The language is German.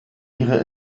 ihre